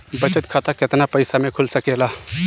बचत खाता केतना पइसा मे खुल सकेला?